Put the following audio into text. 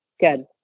Good